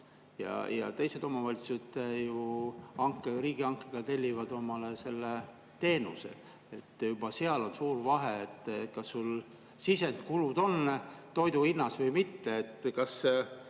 Teised omavalitsused riigihankega tellivad omale selle teenuse. Juba seal on suur vahe, kas sul sisendkulud on toidu hinnas või mitte. Kas